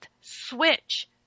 switch